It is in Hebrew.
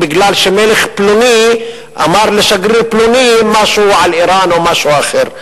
כי מלך פלוני אמר לשגריר פלוני משהו על אירן או משהו אחר.